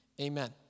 Amen